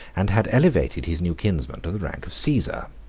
and had elevated his new kinsman to the rank of caesar.